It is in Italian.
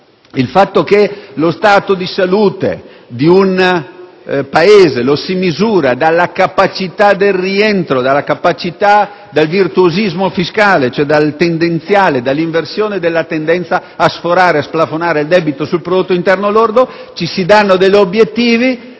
momento che lo stato di salute di un Paese lo si misura sulla capacità del rientro e del virtuosismo fiscale, ossia sul tendenziale, sull'inversione della tendenza a sforare e a splafonare il debito sul prodotto interno lordo, ci si è dati degli obiettivi.